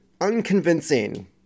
unconvincing